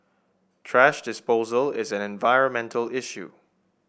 thrash disposal is an environmental issue